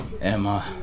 Emma